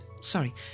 sorry